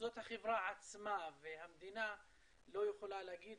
זאת החברה עצמה והמדינה לא יכולה להגיד